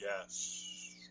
yes